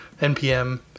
npm